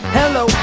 hello